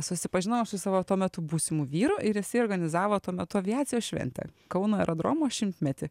susipažinojau aš su savo tuo metu būsimu vyru ir jisai organizavo tuo metu aviacijos šventę kauno aerodromo šimtmetį